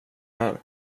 här